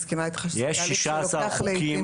מסכימה איתך שזה תהליך שלוקח לעיתים